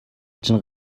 чинь